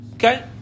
Okay